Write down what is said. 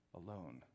alone